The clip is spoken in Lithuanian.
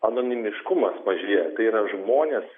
anonimiškumas mažėja tai yra žmonės